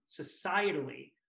societally